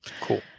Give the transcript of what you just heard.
Cool